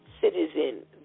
citizen